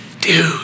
Dude